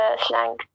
slang